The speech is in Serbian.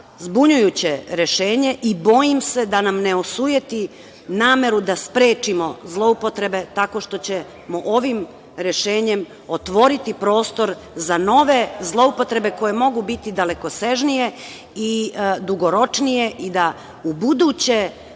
zbunjujuće rešenje i bojim se da nam ne osujeti nameru da sprečimo zloupotrebe tako što ćemo ovim rešenjem otvoriti prostor za nove zloupotrebe koje mogu biti dalekosežnije i dugoročnije i da ubuduće